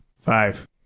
Five